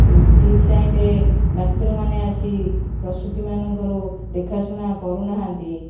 ଠିକ୍ ଟାଇମ୍ରେ ଡାକ୍ତରମାନେ ଆସି ପ୍ରସୂତିମାନଙ୍କରୁ ଦେଖାଶୁଣା କରୁନାହାନ୍ତି